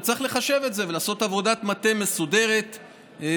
וצריך לחשב את זה ולעשות עבודת מטה מסודרת וברורה.